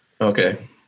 Okay